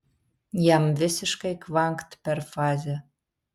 jam visiškai kvankt per fazę